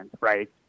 right